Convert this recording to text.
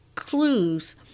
clues